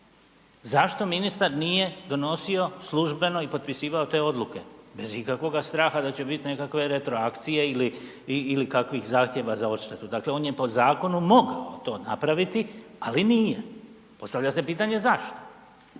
zašto ministar nije donosio službeno i potpisivao te odluke, bez ikakvoga straha da će biti nekakve retroakcije ili kakvih zahtjeva za odštetu? Dakle, on je po zakonu mogao to napraviti, ali nije. Postavlja se pitanje zašto?